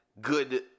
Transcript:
Good